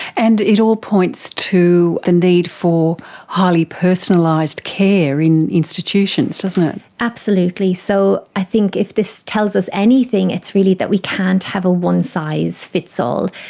and it all points to the need for highly personalised care in institutions, doesn't it. absolutely, so i think if this tells us anything it's really that we can't have a one size fits all.